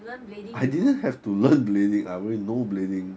you learn blading before